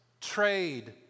trade